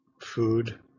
food